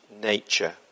nature